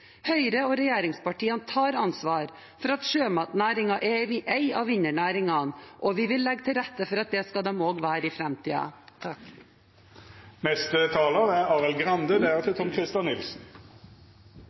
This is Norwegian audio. Høyre og regjeringspartiene tar ansvar for at sjømatnæringen er en av vinnernæringene, og vi vil legge til rette for at den skal være det også i framtiden. Det Margunn Ebbesen og høyresiden i Norge aldri har skjønt, er